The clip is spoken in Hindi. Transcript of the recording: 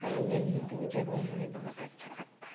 ख़ाली यही दो जगह हमें बहुत अच्छा लगता है